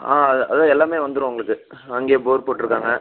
ஆ அது அது தான் எல்லாமே வந்துடும் உங்களுக்கு அங்கேயே போர் போட்டுருக்காங்க